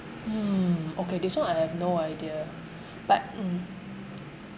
mm okay this one I have no idea but mm